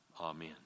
amen